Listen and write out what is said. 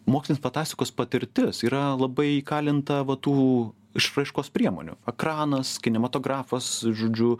mokslinės fantastikos patirtis yra labai įkalinta va tų išraiškos priemonių ekranas kinematografas žodžiu